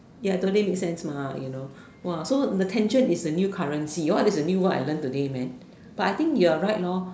ya totally make sense you know so the tension is the new currency !wow! that's a new word I learn today man but I think you are right